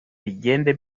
bigende